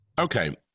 Okay